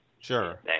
Sure